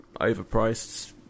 Overpriced